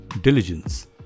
diligence